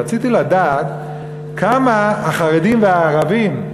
רציתי לדעת כמה החרדים והערבים,